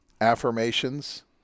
Affirmations